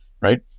right